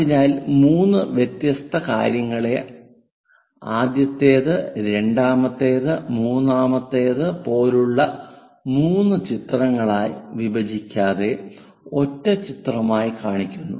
അതിനാൽ 3 വ്യത്യസ്ത കാര്യങ്ങളെ ആദ്യത്തേത് രണ്ടാമത്തേത് മൂന്നാമത്തേത് പോലുള്ള മൂന്ന് ചിത്രങ്ങളായി വിഭജിക്കാതെ ഒറ്റ ചിത്രമായി കാണിക്കുന്നു